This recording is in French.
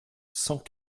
cent